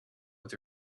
with